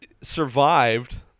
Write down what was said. survived